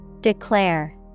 Declare